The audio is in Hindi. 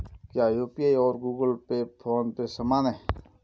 क्या यू.पी.आई और गूगल पे फोन पे समान हैं?